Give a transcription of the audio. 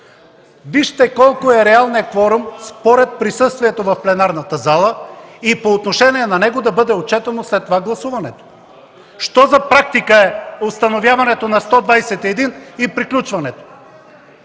Вижте колко е реалният кворум, според присъствието в пленарната зала, и по отношение на него да бъде отчетено след това гласуването. Що за практика е установяването на 121 и приключването?!